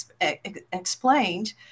explained